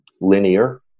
linear